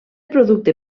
producte